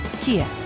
kia